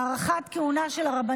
הוא יועצו של ראש